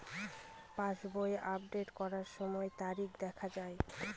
পাসবই update করার সময়ে তারিখ দেখা য়ায়?